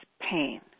pain